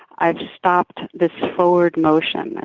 i've stopped this forward motion.